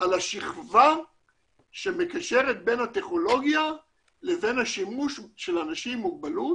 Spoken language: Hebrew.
על השכבה שמקשרת בין הטכנולוגיה לבין השימוש של אנשים עם מוגבלות